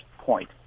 point